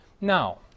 Now